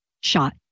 shot